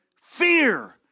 Fear